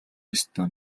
ёстой